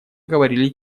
говорили